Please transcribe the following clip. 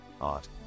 art